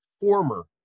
former